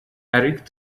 eric